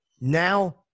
Now